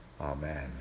Amen